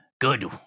Good